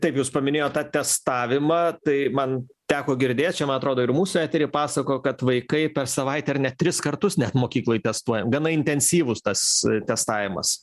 taip jūs paminėjot tą testavimą tai man teko girdėt čia man atrodo ir mūsų etery pasakojo kad vaikai tą savaitę ar net tris kartus net mokykloj testuojam gana intensyvus tas testavimas